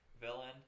villain